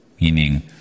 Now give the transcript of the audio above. meaning